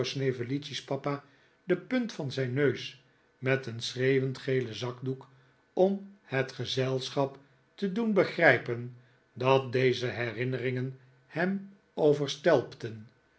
juffrouw snevellicci's papa de punt van zijn neus met een schreeuwend gelen zakdoek om het gezelschap te doen begrijpen dat deze herinneringen hem